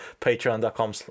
patreon.com